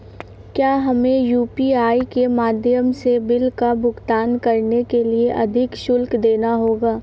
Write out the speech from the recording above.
क्या हमें यू.पी.आई के माध्यम से बिल का भुगतान करने के लिए अधिक शुल्क देना होगा?